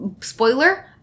spoiler